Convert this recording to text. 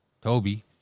Toby